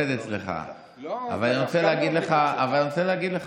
אבל אני רוצה להגיד לך משהו.